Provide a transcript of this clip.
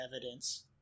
evidence